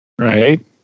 Right